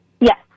Yes